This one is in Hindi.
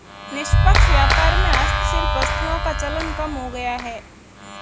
निष्पक्ष व्यापार में हस्तशिल्प वस्तुओं का चलन कम हो गया है